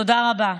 תודה רבה.